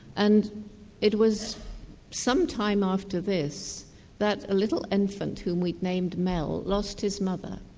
and it was some time after this that a little infant whom we'd named mel lost his mother.